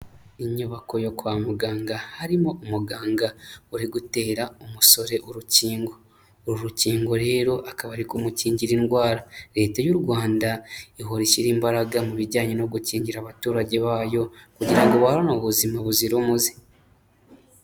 Inyubako yo kwa muganga, harimo umuganga uri gutera umusore urukingo, uru urukingo rero akaba ari kumukingira indwara, leta y'u Rwanda ihora ishyira imbaraga mu bijyanye no gukingira abaturage bayo kugira ngo bahorane ubuzima buzira umuze.